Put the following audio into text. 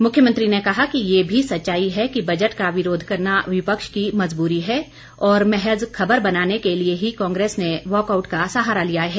मुख्यमंत्री ने कहा कि ये भी सच्चाई है कि बजट का विरोध करना विपक्ष की मजबूरी है और महज खबर बनाने के लिए ही कांग्रेस ने वॉकआउट का सहारा लिया है